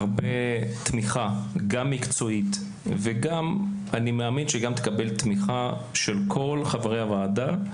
הרבה תמיכה גם מקצועית ואני מאמין שגם תקבל תמיכה של כל חברי הוועדה.